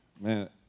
Man